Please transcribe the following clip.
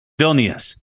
Vilnius